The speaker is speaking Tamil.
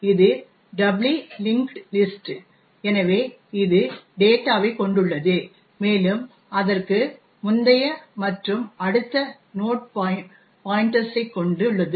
இது டபுளி லிஙஂகஂடஂ லிஸஂடஂ எனவே இது டேட்டாவை கொண்டுள்ளது மேலும் அதற்கு முந்தைய மற்றும் அடுத்த நோட் பாய்ன்டர்ஸ் ஐ கொண்டுள்ளது